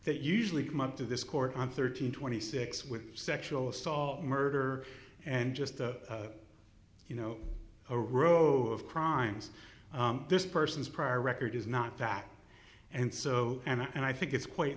that usually come up to this court on thirteen twenty six with sexual assault murder and just you know a row of crimes this person's prior record is not that and so and i think it's quite